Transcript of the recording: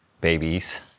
babies